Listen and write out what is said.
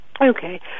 Okay